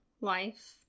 life